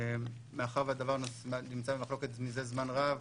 מאחר והדבר נמצא במחלוקת מזה זמן רב,